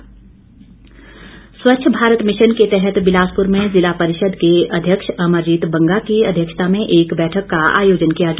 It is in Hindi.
स्वच्छ भारत मिशन स्वच्छ भारत मिशन के तहत बिलासप्र में जिला परिषद के अध्यक्ष अमरजीत बंगा की अध्यक्षता में एक बैठक का आयोजन किया गया